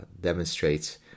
demonstrates